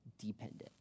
dependent